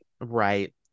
right